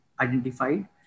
identified